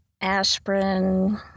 aspirin